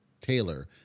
Taylor